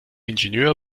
ingenieur